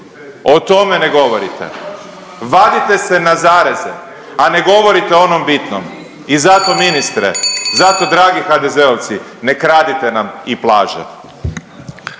o tome ne govorite, vadite se na zareze, a ne govorite o onom bitnom i zato ministre, zato dragi HDZ-ovci, ne kradite nam i plaže.